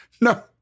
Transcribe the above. No